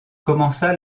commença